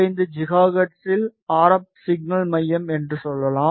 25 ஜிகாஹெர்ட்ஸில் RF signal மையம் என்று சொல்லலாம்